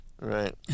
right